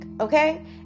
okay